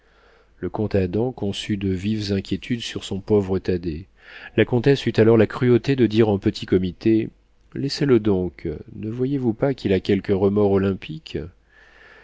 le comte adam conçut de vives inquiétudes sur son pauvre thaddée la comtesse eut alors la cruauté de dire en petit comité laissez-le donc ne voyez-vous pas qu'il a quelque remords olympique